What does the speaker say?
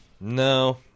no